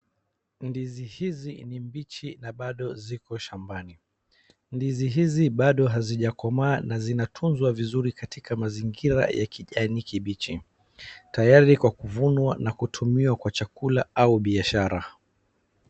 Mandizi hizi ni mbichi na bado ziko shambani. Ndizi hizi bado hazijakomaa na zinatuzwa vizuri katika mazingira ya kijani kibichi tayari kwa kuvunwa na kutumiwa kwa chakula au biashara.